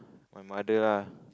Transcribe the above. my mother lah